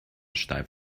steif